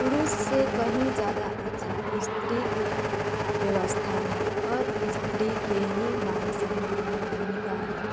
पुरुष से कहि जादा अच्छा स्त्रीके व्यवस्था हय आओर स्त्रीके ही मान सम्मान हय भूमिका हय